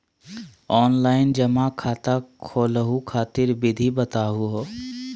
Online जमा खाता खोलहु खातिर विधि बताहु हो?